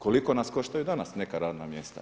Koliko nas koštaju danas neka radna mjesta?